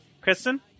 Kristen